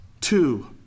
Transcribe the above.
two